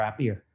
crappier